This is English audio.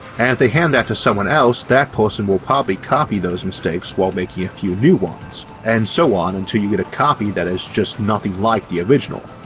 and if they hand that to someone else that person will probably copy those mistakes while making a few new ones, and so on until you get a copy that is just nothing like the original.